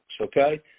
okay